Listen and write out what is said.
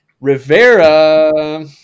Rivera